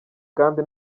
kandi